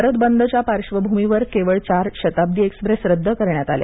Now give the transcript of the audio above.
भारत बंद च्या पार्श्वभूमीवर केवळ चार शताब्दी एक्सप्रेस रद्द करण्यात आल्या